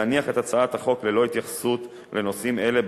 להניח את הצעת החוק ללא התייחסות לנושאים אלה,